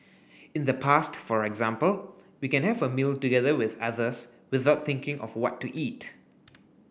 in the past for example we can have a meal together with others without thinking of what to eat